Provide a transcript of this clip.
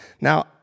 Now